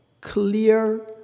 clear